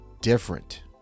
different